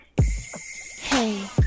Hey